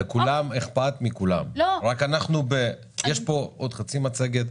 לכולם אכפת מכולם רק יש לנו לראות עוד חצי מצגת,